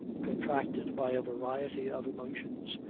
contracted by a variety of emotions,